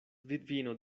vidvino